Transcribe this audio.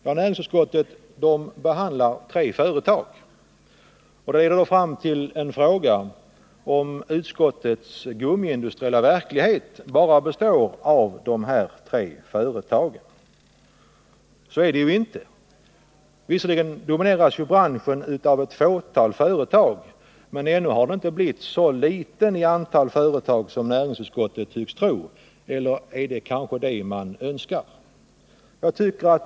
I betänkandet behandlas tre företag. Detta faktum föranleder frågan om utskottet anser att gummiindustrin i verkligheten bara består av dessa tre företag — så är det ju inte. Visserligen domineras branschen av ett fåtal företag. Men är branschen, mätt i antalet företag, verkligen så liten som näringsutskottet tycks tro — eller som man kanske skulle önska?